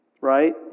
right